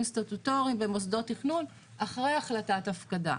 סטטוטוריים במוסדות תכנון אחרי החלטת הפקדה.